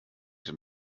denn